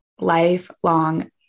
lifelong